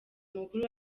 mukuru